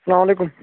السلامُ علیکُم